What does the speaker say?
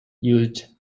used